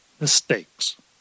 mistakes